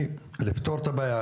על מנת לפתור את הבעיה,